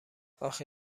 آخه